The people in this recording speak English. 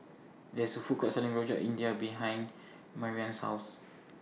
There IS A Food Court Selling Rojak India behind Marianne's House